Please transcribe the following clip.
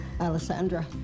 Alessandra